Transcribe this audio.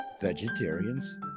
vegetarians